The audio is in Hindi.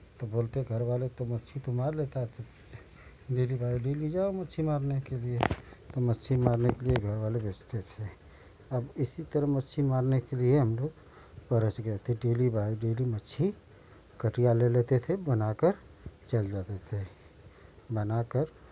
तो बोलते घर वाले तू मच्छी तो मार लेता है डेली बाय डेली जाओ मच्छी मारने के लिए तो मच्छी मारने के लिए घर वाले भेजते थे अब इसी तरह मच्छी मारने के लिए हम लोग परच गए थे डेली वहाँ मच्छी कटिया ले लेते थे बनाकर चल जाते थे बनाकर